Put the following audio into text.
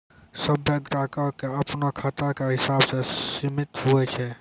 सभ्भे ग्राहको के अपनो खाता के हिसाबो से सीमित हुवै छै